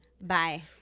Bye